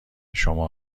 شما